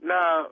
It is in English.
Now